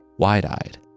wide-eyed